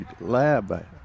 lab